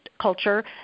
culture